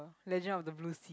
legends of the blue sea